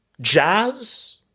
jazz